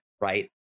right